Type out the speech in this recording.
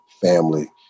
family